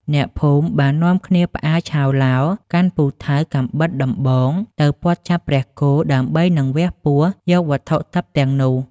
អ្នកភូមិបាននាំគ្នាផ្អើលឆោឡោ កាន់ពូថៅ កាំបិត ដំបង ទៅព័ទ្ធចាប់ព្រះគោដើម្បីនឹងវះពោះយកវត្ថុទិព្វទាំងនោះ ។